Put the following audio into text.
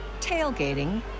tailgating